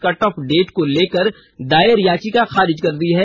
cut off date को लेकर दायर याचिका खारिज कर दी है